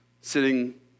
sitting